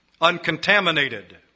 uncontaminated